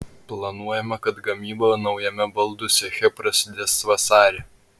planuojama kad gamyba naujame baldų ceche prasidės vasarį